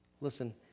Listen